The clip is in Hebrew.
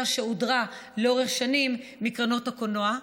שהודרה לאורך שנים מקרנות הקולנוע.